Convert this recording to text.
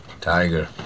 Tiger